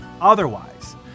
otherwise